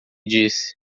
disse